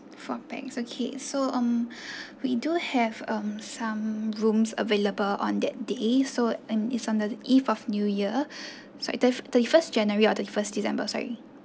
four pax okay so um we do have um some rooms available on that day so and is on the eve of new year so thir~ thirty first january or thirty first december sorry